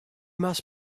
must